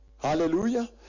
Hallelujah